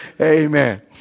Amen